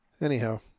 anyhow